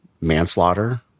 manslaughter